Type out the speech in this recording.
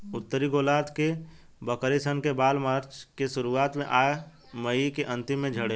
उत्तरी गोलार्ध के बकरी सन के बाल मार्च के शुरुआत में आ मई के अन्तिम में झड़ेला